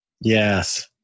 Yes